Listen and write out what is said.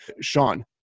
Sean